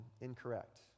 incorrect